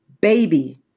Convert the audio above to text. baby